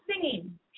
singing